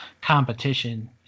competition